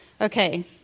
Okay